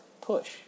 push